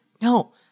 no